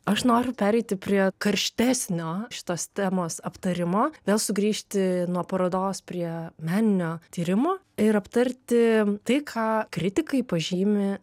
aš noriu pereiti prie karštesnio šitos temos aptarimo vėl sugrįžti nuo parodos prie meninio tyrimo ir aptarti tai ką kritikai pažymi